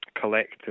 collect